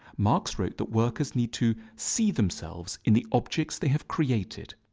marx wrote that workers need to see themselves in the objects they have created.